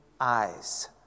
eyes